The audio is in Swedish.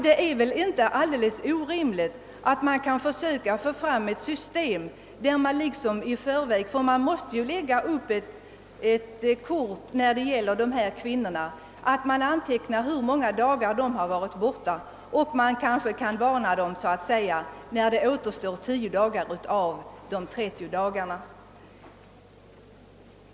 Det måste läggas upp ett speciellt registerkort på dessa kvinnor, och det borde vara möjligt att införa ett system där man antecknar hur många dagar de arbetat. I så fall skulle man kunna påpeka för dem när det exempelvis återstår 10 av de 30 dagarna.